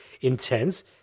intense